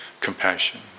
compassion